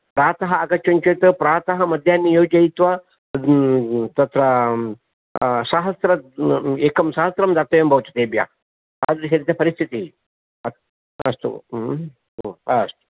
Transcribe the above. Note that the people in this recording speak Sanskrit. प्रातः आगच्छन्ति चेत् प्रातः मध्याह्ने योजयित्वा तत्र सहस्र एकं सहस्रं दातव्यं भवति तेभ्यः परिस्थितिः अस्तु अस्तु